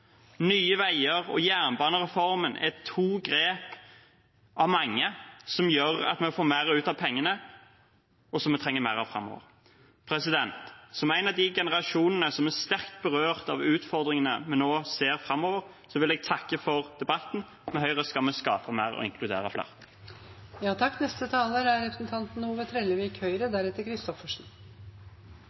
Nye veier og jernbanereformen er to grep av mange som gjør at vi får mer ut av pengene, noe vi trenger mer av framover. Som en av generasjonene som er sterkt berørt av utfordringene vi nå ser framover, vil jeg takke for debatten. Med Høyre skal vi skape mer og inkludere